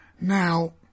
Now